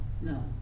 no